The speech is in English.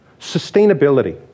Sustainability